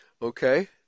Okay